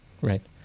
right